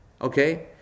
Okay